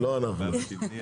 תכלס